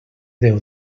déu